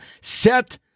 set